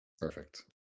Perfect